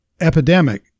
epidemic